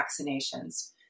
vaccinations